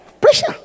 Pressure